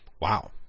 Wow